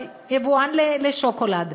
יבואן שוקולד,